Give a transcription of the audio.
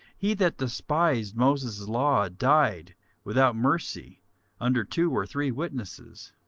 he that despised moses' law died without mercy under two or three witnesses